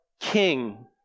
king